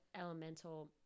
elemental